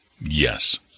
Yes